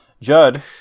Judd